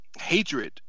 hatred